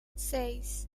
seis